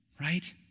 Right